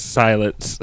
silence